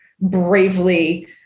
bravely